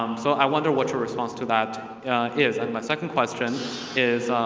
um so i wonder what's you're response to that is. and my second question is,